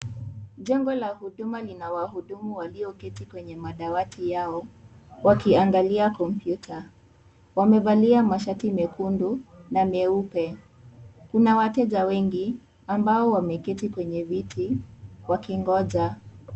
Jengo la huduma lina wahudumu walioketi kwenye madawati yao. Wakiangalia kompyuta. Wamevalia masharti mekundu na nyeupe. Kuna wateja wengi ambao wameketi kwenye viti wakingoja.